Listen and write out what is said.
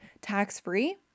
tax-free